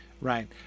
right